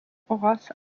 horace